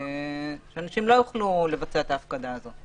שאנשים לא יוכלו לבצע את ההפקדה הזאת.